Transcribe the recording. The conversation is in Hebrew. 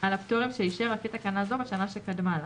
על הפטורים שאישר לפי תקנה זו בשנה שקדמה לה."